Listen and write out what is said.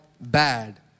bad